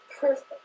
perfect